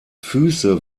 füße